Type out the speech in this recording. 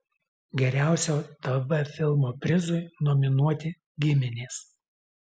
geriausio tv filmo prizui nominuoti giminės